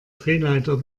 drehleiter